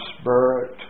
Spirit